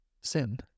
sin